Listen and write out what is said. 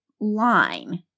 line